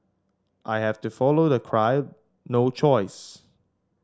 I have to follow the crowd no choice